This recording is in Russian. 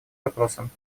вопросам